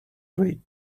great